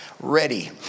Ready